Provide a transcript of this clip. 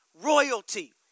Royalty